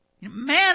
Man